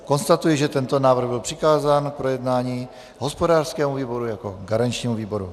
Konstatuji, že tento návrh byl přikázán k projednání hospodářskému výboru jako garančnímu výboru.